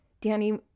Danny